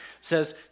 says